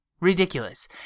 ridiculous